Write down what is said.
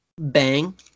Bang